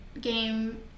game